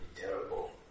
terrible